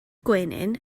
gwenyn